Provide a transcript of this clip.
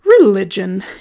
Religion